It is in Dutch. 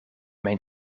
mijn